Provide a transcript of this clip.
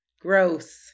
Gross